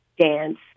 dance